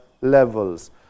levels